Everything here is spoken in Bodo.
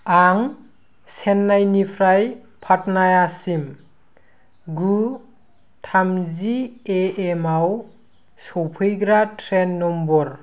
आं चेन्नाइनिफ्राय पाटनायासिम गु थामजि ए एम आव सफैग्रा ट्रेन नम्बर